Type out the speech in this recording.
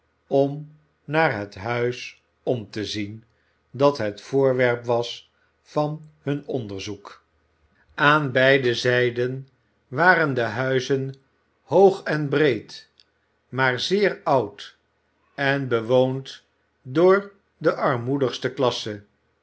om naar het huis om te zien dat het voorwerp was van hun onderzoek aan beide zijden waren de huizen hoog en breed maar zeer oud en bewoond door de armoedigste klasse